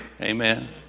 Amen